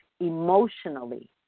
emotionally